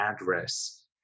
address